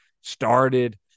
started